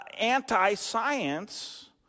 anti-science